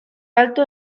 alto